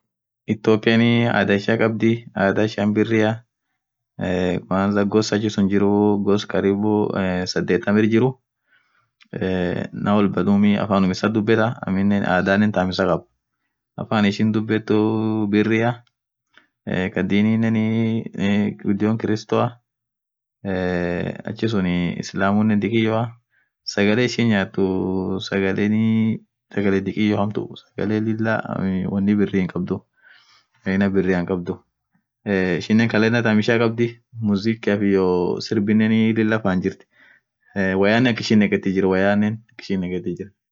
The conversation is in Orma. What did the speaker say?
Ethiopian adhaa ishia khabdhii adhaa ishian birria ee kwnza gos achisun jiru gos karibu ee sadhetham irjru naam wolba afanum issa dhubethaa aminen adhanen tham issa khabaaa afan ishin dhubethu birria kaaa dininen ghudio kristoa eee achisun islamunen dhikeyo sagale ishin nyathu sagale dhikeyo hamtu sagale lila uni birri hinkabdhuu aina birria hinkabdhu ee ishinen calendar tham ishia khabdhii mzikiaf iyo sirbinen lila fan jirthi woyyanen akishin neghethithi jira